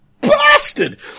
bastard